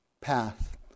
path